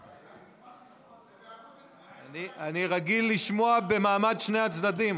זה בעמ' 22. אני רגיל לשמוע במעמד שני הצדדים,